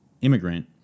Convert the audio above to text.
immigrant